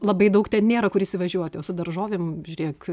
labai daug ten nėra kur įsivažiuoti o su daržovėm žiūrėk